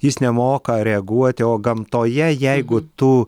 jis nemoka reaguoti o gamtoje jeigu tu